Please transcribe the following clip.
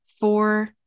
four